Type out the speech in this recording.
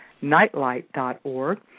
Nightlight.org